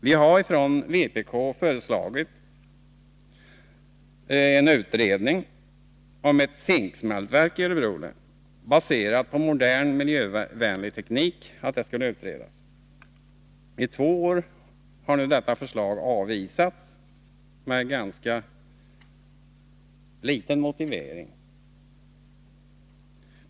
Vi har från vpk föreslagit att en utredning om ett zinksmältverk i Örebro län baserat på modern miljövänlig teknik skall utredas. I två år har nu detta förslag avvisats med ganska liten motivering.